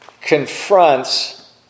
confronts